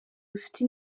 rufite